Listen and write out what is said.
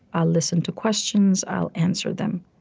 i'll listen to questions. i'll answer them.